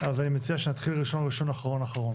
אז אני מציע שנתחיל ראשון ראשון, אחרון אחרון.